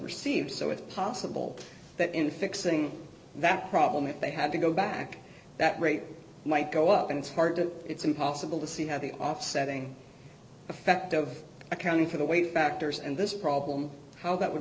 received so it's possible that in fixing that problem if they had to go back that rate might go up and it's hard to it's impossible to see how the offsetting effect of accounting for the way factors and this problem how that would